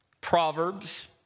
Proverbs